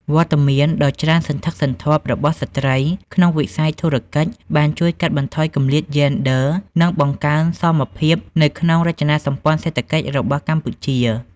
វត្តមានដ៏ច្រើនសន្ធឹកសន្ធាប់របស់ស្ត្រីក្នុងវិស័យធុរកិច្ច បានជួយកាត់បន្ថយគម្លាតយេនឌ័រ និងបង្កើនសមភាពនៅក្នុងរចនាសម្ព័ន្ធសេដ្ឋកិច្ចរបស់កម្ពុជា។